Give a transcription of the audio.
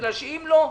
כי אם לא,